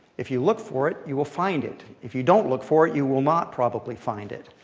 if you look for it, you will find it. if you don't look for it, you will not probably find it.